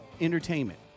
entertainment